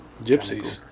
gypsies